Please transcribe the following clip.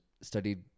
studied